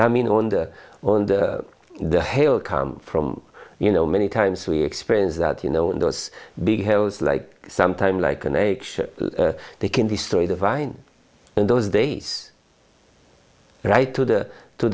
coming on the on the the hill come from you know many times we experience that you know in those big hills like sometime like in a ship they can destroy the vine in those days right to the to